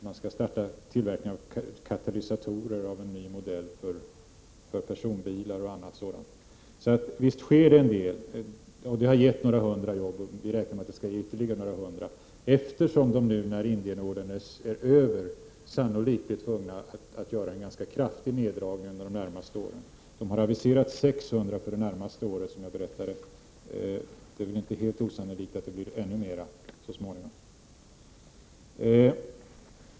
Man skall starta tillverkning av katalysatorer, av en ny modell för personbilar m.m. sådant, så visst sker det en del. Detta har gett några hundra jobb, och man räknar med att det skall ge ytterligare några hundra. Det är angeläget, eftersom man när Indienordern är avslutad sannolikt blir tvungen att göra en kraftig neddragning av arbetsstyr kan under de närmaste åren. Man har, som jag nämnde tidigare, aviserat 600 anställda om detta. Det är inte helt osannolikt att ännu fler kommer att bli berörda.